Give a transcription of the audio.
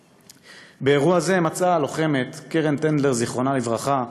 באירוע הזה מצאה הלוחמת קרן טנדלר, זיכרונה לברכה,